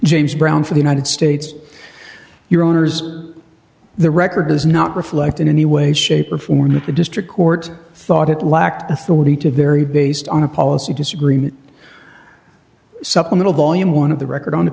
james brown for the united states your owners the record does not reflect in any way shape or form that the district court thought it lacked authority to vary based on a policy disagreement supplemental volume one of the record on a